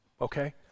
okay